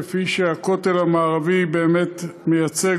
כפי שהכותל המערבי באמת מייצג,